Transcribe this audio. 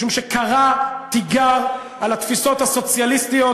משום שקרא תיגר על התפיסות הסוציאליסטיות